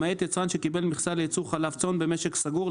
למעט יצרן שקיבל מכסה לייצור חלב צאן במשק סגור,